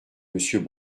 monsieur